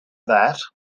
that